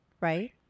Right